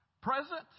present